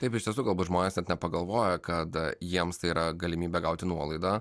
taip iš tiesų galbūt žmonės net nepagalvoja kada jiems tai yra galimybė gauti nuolaidą